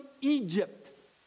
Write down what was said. Egypt